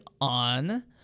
on